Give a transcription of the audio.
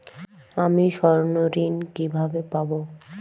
আমি স্বর্ণঋণ কিভাবে পাবো?